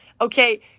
okay